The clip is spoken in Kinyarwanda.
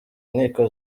inkiko